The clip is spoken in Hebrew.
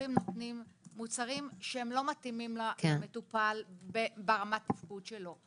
שהרופאים נותנים מוצרים שלא מתאימים למטופל ברמת התפקוד שלו.